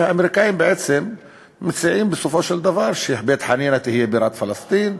כשהאמריקנים בעצם מציעים בסופו של דבר שבית-חנינא תהיה בירת פלסטין,